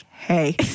Hey